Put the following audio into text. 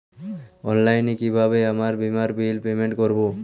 অনলাইনে কিভাবে আমার বীমার বিল পেমেন্ট করবো?